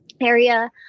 area